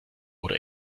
oder